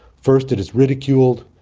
first, it is ridiculed.